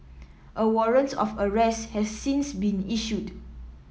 a warrant of arrest has since been issued